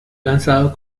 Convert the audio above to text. lanzado